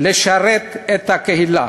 לשרת את הקהילה.